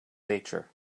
nature